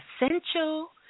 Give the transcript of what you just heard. essential